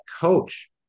coach